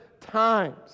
times